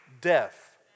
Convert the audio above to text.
death